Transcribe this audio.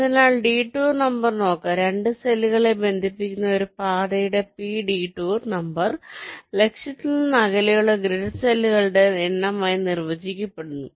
അതിനാൽ detour number നോക്കാം 2 സെല്ലുകളെ ബന്ധിപ്പിക്കുന്ന ഒരു പാതയുടെ പി ഡിടൂർ നമ്പർ ലക്ഷ്യത്തിൽ നിന്ന് അകലെയുള്ള ഗ്രിഡ് സെല്ലുകളുടെ എണ്ണമായി നിർവചിക്കപ്പെടുന്നു